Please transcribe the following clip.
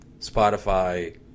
Spotify